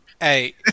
Hey